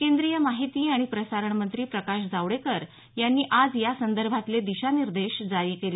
केंद्रीय माहिती आणि प्रसारण मंत्री प्रकाश जावडेकर यांनी आज या संदर्भातले दिशा निर्देश जारी केले